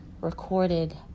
recorded